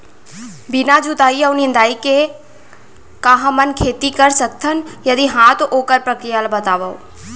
बिना जुताई अऊ निंदाई के का हमन खेती कर सकथन, यदि कहाँ तो ओखर प्रक्रिया ला बतावव?